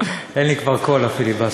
אין לי כבר קול לפיליבסטר.